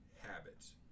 habits